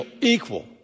equal